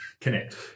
connect